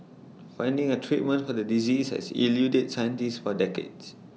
finding A treatment for the disease has eluded scientists for decades